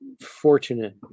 fortunate